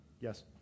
yes